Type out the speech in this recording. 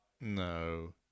no